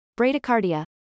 bradycardia